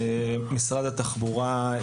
משרד התחבורה,